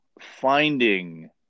finding